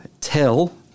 tell